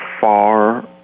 far